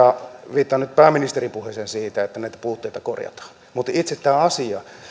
viittaan nyt pääministerin puheeseen siitä että näitä puutteita korjataan mutta itse tämä asia